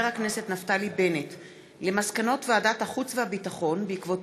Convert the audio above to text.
נפתלי בנט על מסקנות ועדת החוץ והביטחון בעקבות